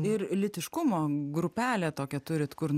ir lytiškumo grupelę tokią turit kur